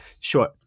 sure